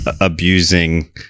abusing